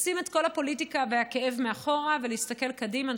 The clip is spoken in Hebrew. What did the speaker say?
לשים את כל הפוליטיקה והכאב מאחור ולהסתכל קדימה.